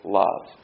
love